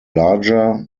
larger